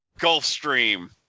Gulfstream